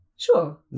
Sure